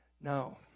Now